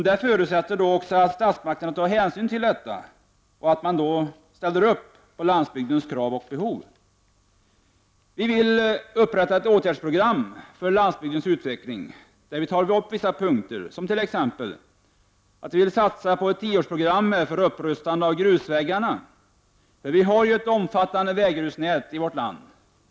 Detta förutsätter att statsmakterna tar hänsyn till landsbygdens krav och behov. Vi vill upprätta ett åtgärdsprogram för landsbygdens utveckling, där vi bl.a. vill satsa på ett tioårigt program för upprustande av grusvägarna. Vi har ju ett omfattande väggrusnät i vårt land.